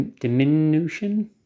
Diminution